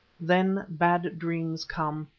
then bad dreams come,